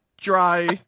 dry